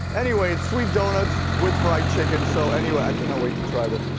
anyway, it's sweet donuts with fried chicken, so anyway, i cannot wait to try this.